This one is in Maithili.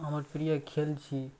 हमर प्रिय खेल छी